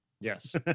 Yes